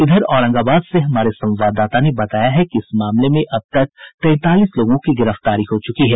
इधर औरंगाबाद से हमारे संवाददाता ने बताया है कि इस मामले में अब तक तैंतालीस लोगों को गिरफ्तारी हो चुकी है